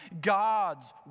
God's